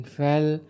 fell